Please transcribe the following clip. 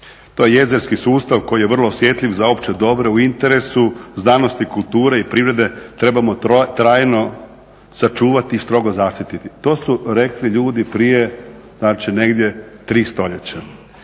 To je jezerski sustav koji je vrlo osjetljiv za opće dobro u interesu znanosti, kulture i privrede, trebamo trajno sačuvati i strogo zaštititi. To su rekli ljudi prije, znači 3. stoljeća.